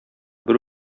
бер